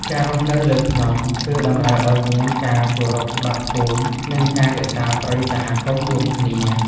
ការរស់នៅលើភ្នំ គឺតម្រូវឲ្យមានការគោរពច្បាប់ភូមិ និងការរក្សាព្រៃសហគមន៍រួមគ្នា។